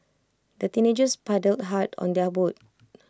the teenagers paddled hard on their boat